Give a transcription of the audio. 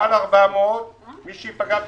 מעל 400, מי שייפגע ב-60%,